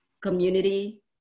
community